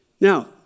Now